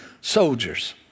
soldiers